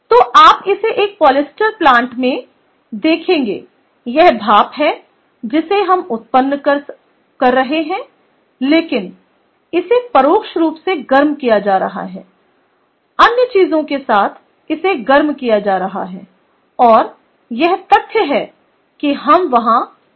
तो आप इसे एक पॉलिएस्टर प्लांट में देखेंगे यह भाप है जिसे हम उत्पन्न कर रहे हैं लेकिन इसे परोक्ष रूप से गर्म किया जा रहा है अन्य चीजों के साथ इसे गर्म किया जा रहा है और यह तथ्य है कि हम वहां भाप पैदा कर रहे हैं